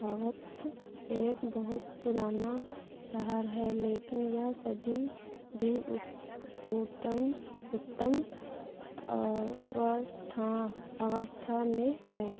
हवत एक बहुत पुराना शहर है लेकिन यह सभी भी उत्तम उत्तम अवस्था अवस्था में है